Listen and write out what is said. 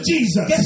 Jesus